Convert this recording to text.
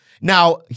Now